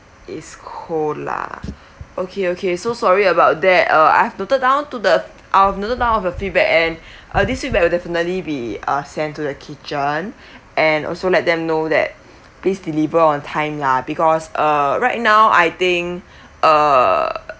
is cold lah okay okay so sorry about that uh I've noted down to the I've noted down of your feedback and uh this feedback will definitely be uh sent to the kitchen and also let them know that please deliver on time lah because uh right now I think uh